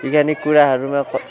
organic कुराहरूमा